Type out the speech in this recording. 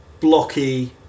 blocky